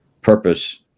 purpose